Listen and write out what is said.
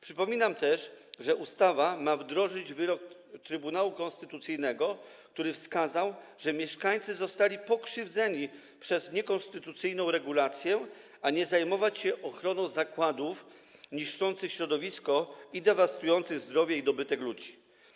Przypominam również, że ustawa ma wdrożyć wyrok Trybunału Konstytucyjnego, który wskazał, że mieszkańcy zostali pokrzywdzeni przez niekonstytucyjną regulację, a nie zajmować się ochroną zakładów niszczących środowisko i dewastujących zdrowie i dobytek ludzi.